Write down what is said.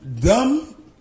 dumb